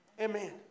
Amen